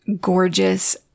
gorgeous